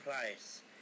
place